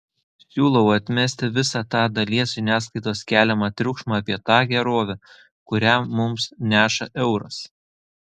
siūlau atmesti visą tą dalies žiniasklaidos keliamą triukšmą apie tą gerovę kurią mums neša euras